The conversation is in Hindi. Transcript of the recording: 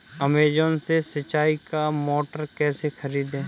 अमेजॉन से सिंचाई का मोटर कैसे खरीदें?